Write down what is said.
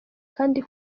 kandi